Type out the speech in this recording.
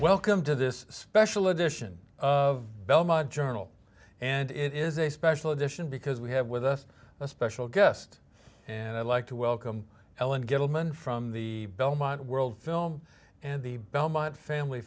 welcome to this special edition of belmont journal and it is a special edition because we have with us a special guest and i'd like to welcome ellen gettleman from the belmont world film and the belmont family